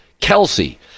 Kelsey